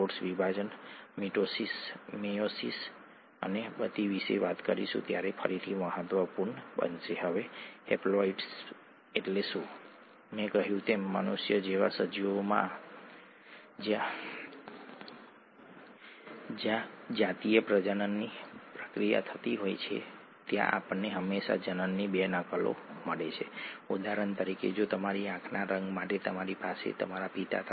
કોશિકાવિભાજન દરમિયાન ક્રોમેટિન વધુ સંક્ષેપિત થાય છે અને અલબત્ત સૂક્ષ્મદર્શક યંત્ર હેઠળ દૃશ્યમાન રંગસૂત્રો ઉત્પન્ન કરે છે નહીં નરી આંખે નહીં ઠીક છે